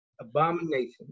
abomination